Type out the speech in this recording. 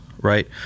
Right